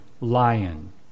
lion